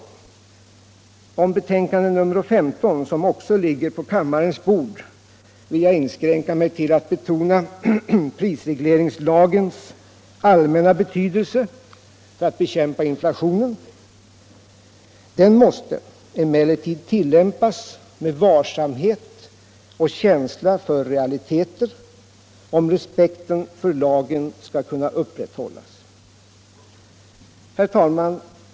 När det gäller betänkande nr 15, som också ligger på kammarens bord, vill jag inskränka mig till att betona prisregleringslagens allmänna betydelse för att bekämpa inflationen. Den måste emellertid tillämpas med varsamhet och känsla för realiteter, om respekten för lagen skall kunna upprätthållas. Herr talman!